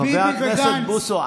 חבר הכנסת בוסו,